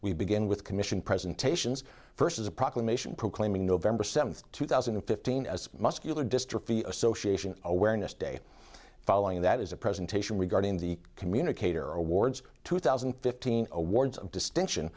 we begin with commission presentations first as a proclamation proclaiming november seventh two thousand and fifteen as muscular dystrophy association awareness day following that is a presentation regarding the communicator awards two thousand and fifteen awards of distinction